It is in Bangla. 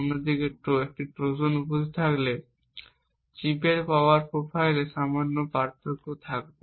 অন্যদিকে একটি ট্রোজান উপস্থিত থাকলে চিপের পাওয়ার প্রোফাইলে সামান্য পার্থক্য থাকবে